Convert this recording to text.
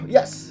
Yes